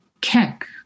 Keck